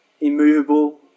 immovable